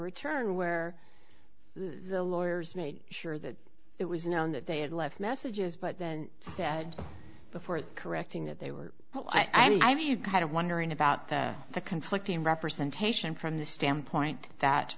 return where the lawyers made sure that it was known that they had left messages but then said before correcting that they were i mean you kind of wondering about the the conflicting representation from the standpoint that